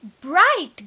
bright